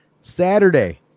Saturday